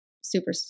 super